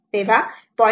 तर 0